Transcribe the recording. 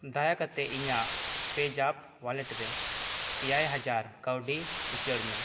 ᱫᱟᱭᱟ ᱠᱟᱛᱮᱫ ᱤᱧᱟᱹᱜ ᱯᱮᱡᱟᱯ ᱳᱣᱟᱞᱮᱴ ᱨᱮ ᱮᱭᱟᱭ ᱦᱟᱡᱟᱨ ᱠᱟᱣᱰᱤ ᱩᱪᱟᱹᱲᱢᱮ